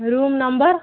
room number